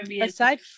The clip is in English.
aside